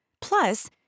plus